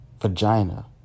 vagina